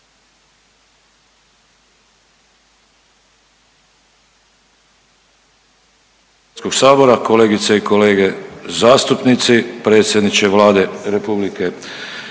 uključen./… kolegice i kolege zastupnici, predsjedniče Vlade RH.